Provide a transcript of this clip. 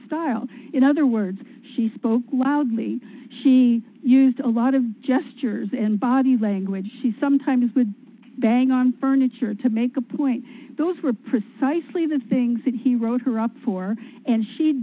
style in other words she spoke wildly she used a lot of gestures and body language she sometimes with bang on furniture to make a point those were precisely the things that he wrote her up for and she